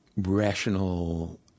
rational